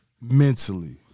mentally